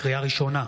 לקריאה ראשונה,